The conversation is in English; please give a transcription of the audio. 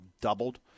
doubled